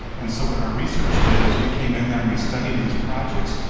and so, what our research did is we came in there and we studied these projects.